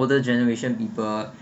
older generation people